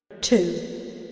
two